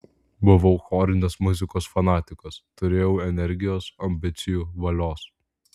buvau chorinės muzikos fanatikas turėjau energijos ambicijų valios